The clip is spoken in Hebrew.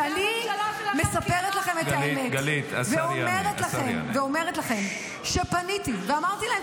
כשאני מספרת לכם את האמת ואומרת לכם שפניתי ואמרתי להם,